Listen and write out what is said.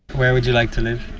where would you like to live?